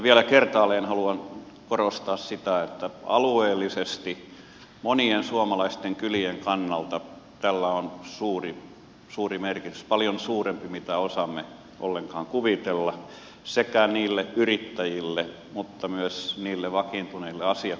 vielä kertaalleen haluan korostaa sitä että alueellisesti monien suomalaisten kylien kannalta tällä on suuri merkitys paljon suurempi kuin osaamme ollenkaan kuvitella sekä niille yrittäjille että myös niille vakiintuneille asiakkaille